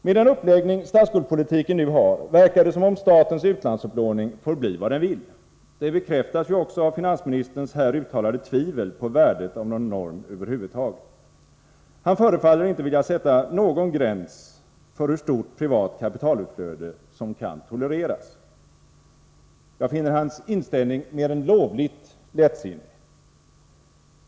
Med den uppläggning statsskuldspolitiken nu har verkar det som om statens utlandsupplåning får bli vad den vill. Det bekräftas också av finansministerns här uttalade tvivel på värdet av någon norm över huvud taget. Han förefaller inte vilja sätta någon gräns för hur stort privat kapitalutflöde som kan tolereras. Jag finner hans inställning mer än lovligt lättsinnig.